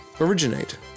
originate